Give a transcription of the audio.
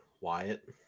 wyatt